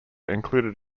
included